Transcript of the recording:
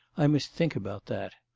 i must think about that.